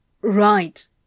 Right